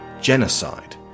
genocide